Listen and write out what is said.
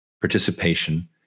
participation